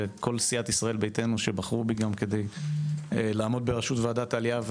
ולכל סיעת ישראל ביתנו שבחרו בי כדי לעמוד בראשות ועדת העלייה,